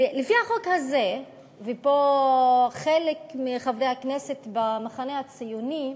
לפי החוק הזה, ופה חלק מחברי הכנסת במחנה הציוני,